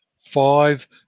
five